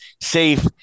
safe